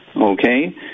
Okay